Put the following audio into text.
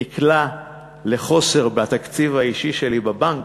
נקלע לחוסר בתקציב האישי שלי בבנק,